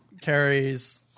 carries